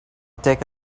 take